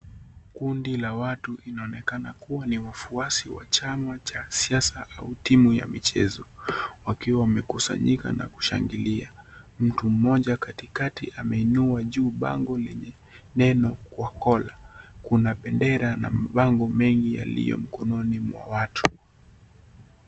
Kundi la watu linaonekana kuwa ni wafuasi wa chama cha siasa au timu ya michezo. Wakiwa wamekusanyika na kushangilia. Mtu mmoja, katikati ameiinua juu bango lenye neno kwa kona. Kuna bendera na mabango mengi, yaliyo mikononi mwa watu.